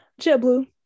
JetBlue